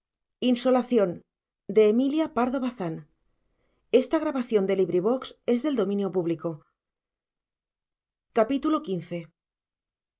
amorosa emilia pardo bazán